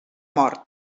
mort